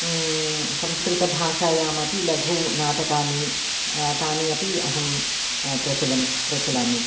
संस्कृतभाषायामपि लघु नाटकानि तानि अपि अहं प्रचलन् प्रचालयामि